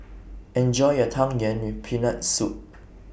Enjoy your Tang Yuen with Peanut Soup